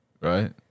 Right